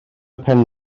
pen